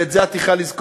ואת זה את צריכה לזכור,